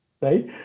right